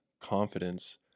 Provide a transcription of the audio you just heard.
confidence